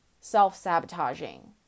self-sabotaging